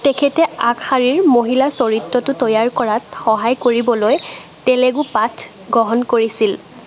তেখেতে আগশাৰীৰ মহিলা চৰিত্ৰটো তৈয়াৰ কৰাত সহায় কৰিবলৈ তেলেগু পাঠ গ্ৰহণ কৰিছিল